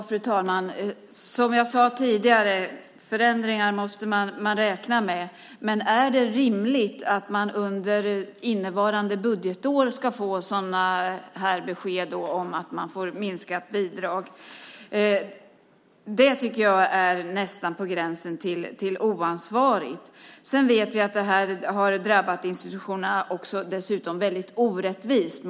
Fru talman! Som jag sade tidigare: Förändringar måste man räkna med. Men är det rimligt att man under innevarande budgetår ska få sådana här besked om att man får minskat bidrag? Det tycker jag är nästan på gränsen till oansvarigt. Vi vet dessutom att detta har drabbat institutionerna väldigt orättvist.